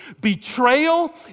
Betrayal